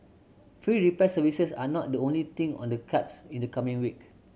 free repair services are not the only thing on the cards in the coming week